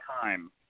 time